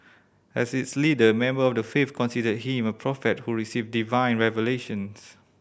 as its leader member of the faith considered him a prophet who received divine revelations